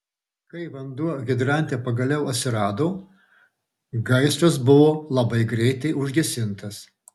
kai vanduo hidrante pagaliau atsirado gaisras buvo labai greitai užgesintas